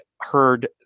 heard